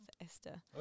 Esther